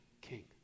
king